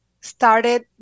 started